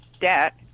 debt